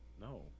No